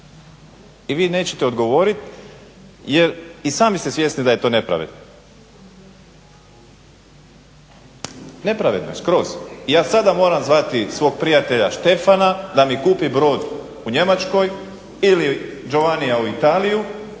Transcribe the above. i vi nećete odgovoriti jer i sami ste svjesni da je to nepravedno. Nepravedno je skroz. I ja sada moram zvati svog prijatelja Štefana da mi kupi brod u Njemačkoj ili Đovanija u Italiju